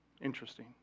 Interesting